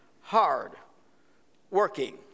hard-working